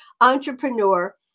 entrepreneur